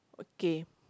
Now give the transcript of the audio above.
K